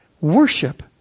worship